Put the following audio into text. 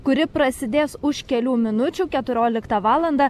kuri prasidės už kelių minučių keturioliktą valandą